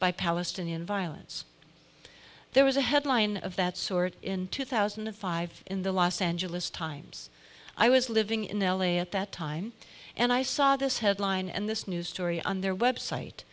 by palestinian violence there was a headline of that sort in two thousand and five in the los angeles times i was living in l a at that time and i saw this headline and this news story on their website